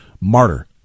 Martyr